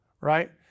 right